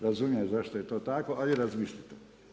Razumijem zašto je to tako, a vi razmislite.